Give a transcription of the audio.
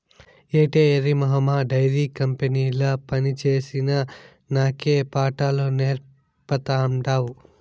ఏటే ఎర్రి మొహమా డైరీ కంపెనీల పనిచేసిన నాకే పాఠాలు నేర్పతాండావ్